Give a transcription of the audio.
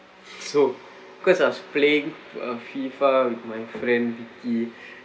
so cause I was playing uh FIFA with my friend micky